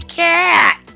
cat